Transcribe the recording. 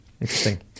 Interesting